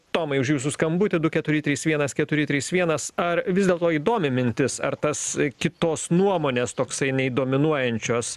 tomai už jūsų skambutį du keturi trys vienas keturi trys vienas ar vis dėlto įdomi mintis ar tas kitos nuomonės toksai nei dominuojančios